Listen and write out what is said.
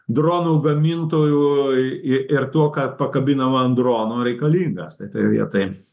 dronų gamintojų i ir tuo kad pakabinam ant drono reikalingas tai toj vietoj